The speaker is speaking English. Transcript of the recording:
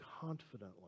confidently